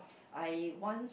I once